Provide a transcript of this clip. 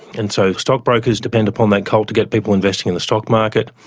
and so stockbrokers depend upon that cult to get people investing in the stock market,